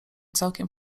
całkiem